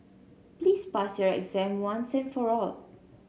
please pass your exam once and for all